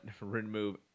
remove